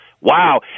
Wow